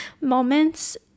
moments